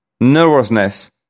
Nervousness